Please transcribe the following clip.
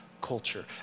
culture